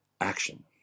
action